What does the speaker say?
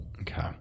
okay